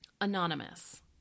Anonymous